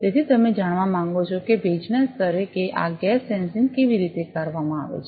તેથી તમે જાણવા માગો છો કે ભેજના સ્તરે કે આ ગેસ સેન્સિંગ કેવી રીતે કરવામાં આવે છે